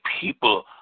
people